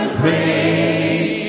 praise